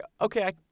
okay